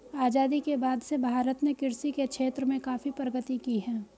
आजादी के बाद से भारत ने कृषि के क्षेत्र में काफी प्रगति की है